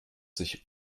sich